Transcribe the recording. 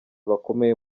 bakomeye